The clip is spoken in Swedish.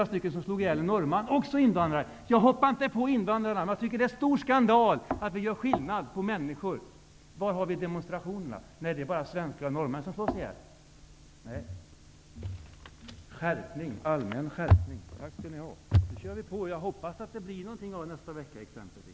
Dessförinnan slog fyra invandrare ihjäl en norrman. Jag hoppar inte på invandrarna, men jag tycker att det är stor skandal att vi gör skillnad på människor. Var har vi demonstrationerna? Nej, det är ju bara svenskar och norrmän som slås ihjäl. Skärpning, allmän skärpning! Tack skall ni ha. Nu kör vi på. Jag hoppas att det blir någonting av, exempelvis nästa vecka.